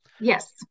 Yes